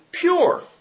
pure